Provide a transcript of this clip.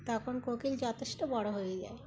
তখন কোকিল যথেষ্ট বড় হয়ে যায়